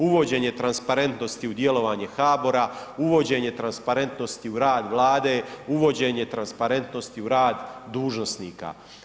Uvođenje transparentnosti u djelovanje HBOR-a, uvođenje transparentnosti u rad Vlade, uvođenje transparentnosti u rad dužnosnika.